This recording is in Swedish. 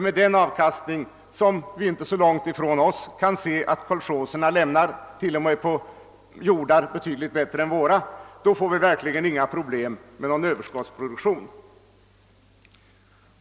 Med den avkastning som vi inte så långt från oss kan se att kolchoserna lämnar t.o.m. på jordar betydligt bättre än våra får vi verkligen inga problem med någon överskottsproduktion.